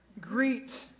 Greet